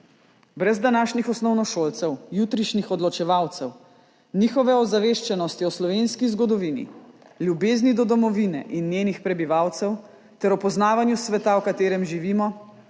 Brez današnjih osnovnošolcev, jutrišnjih odločevalcev, njihove ozaveščenosti o slovenski zgodovini, ljubezni do domovine in njenih prebivalcev ter o poznavanju sveta, v katerem živimo,